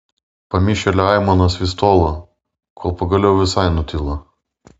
pamišėlio aimanos vis tolo kol pagaliau visai nutilo